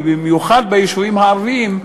ובמיוחד ביישובים הערביים,